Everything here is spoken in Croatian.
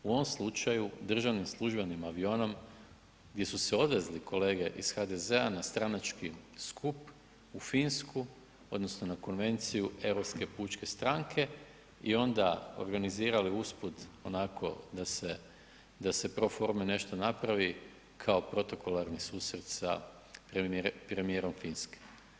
U ovom slučaju državnim službenim avionom gdje su se odvezli kolege iz HDZ-a na stranački skup u Finsku, odnosno na konvenciju Europske pučke stranke i onda organizirali usput onako da se pro forme nešto napravi kao protokolarni susret sa premijerom Finske.